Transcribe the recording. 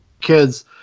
Kids